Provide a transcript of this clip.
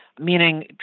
meaning